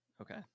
Okay